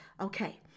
okay